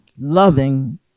loving